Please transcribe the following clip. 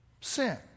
sin